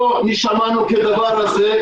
לא שמענו כדבר הזה,